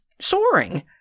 soaring